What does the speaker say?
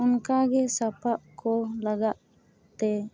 ᱚᱱᱠᱟ ᱜᱮ ᱥᱟᱯᱟᱵ ᱠᱚ ᱞᱟᱜᱟᱜ ᱛᱮ